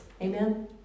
Amen